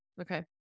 Okay